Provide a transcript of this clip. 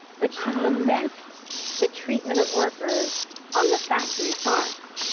but she laments the treatment of workers on the factory farms.